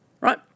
right